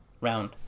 round